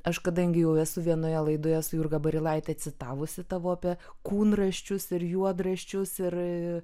aš kadangi jau esu vienoje laidoje su jurga barilaite citavusi tavo apie kūnraščius ir juodraščius ir